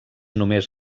només